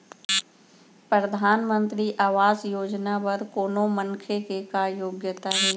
परधानमंतरी आवास योजना बर कोनो मनखे के का योग्यता हे?